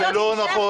זה לא נכון,